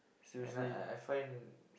and I I I find